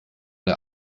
der